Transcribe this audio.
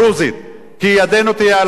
כי ידנו תהיה על העליונה תמיד.